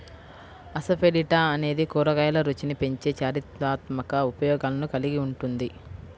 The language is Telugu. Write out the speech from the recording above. అసఫెటిడా అనేది కూరగాయల రుచిని పెంచే చారిత్రాత్మక ఉపయోగాలను కలిగి ఉంటుంది